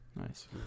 Nice